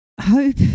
Hope